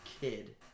kid